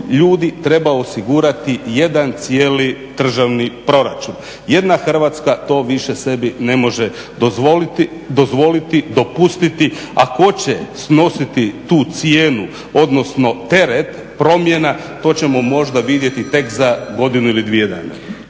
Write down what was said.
ljudi treba osigurati jedan cijeli državni proračun. Jedna Hrvatska to više sebi ne može dozvoliti, dopustiti. A tko će snositi tu cijenu odnosno teret promjena, to ćemo možda vidjeti tek za godinu ili dvije dana.